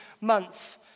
months